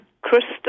crystal